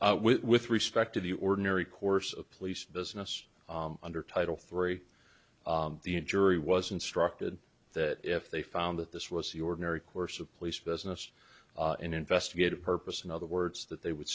with with respect to the ordinary course of police business under title three the in jury was instructed that if they found that this was the ordinary course of police business an investigative purpose in other words that they would